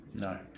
no